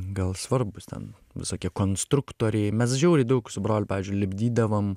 gal svarbūs ten visokie konstruktoriai mes žiauriai daug su broliu pavyzdžiui lipdydavom